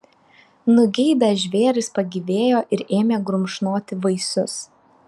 nugeibę žvėrys pagyvėjo ir ėmė grumšnoti vaisius